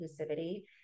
inclusivity